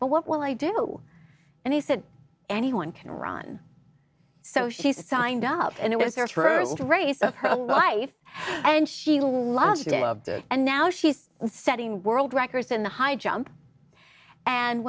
but what will i do and he said anyone can run so she signed up and it was her through race of her life and she loved it loved it and now she's setting world records in the high jump and